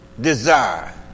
desire